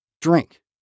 drink